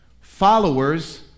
Followers